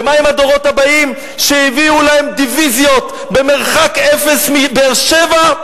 ומה עם הדורות הבאים שהביאו להם דיוויזיות במרחק אפס מבאר-שבע?